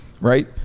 right